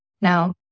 Now